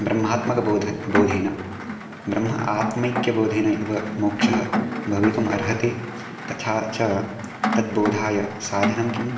ब्रह्मात्मक बोध बोधेन ब्रह्म आत्मैक्य बोधेन एव मोक्षः भवितुम् अर्हति तथा च तद् बोधाय साधनं किम्